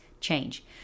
change